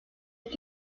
est